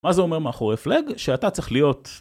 מה זה אומר מאחורי flag? שאתה צריך להיות.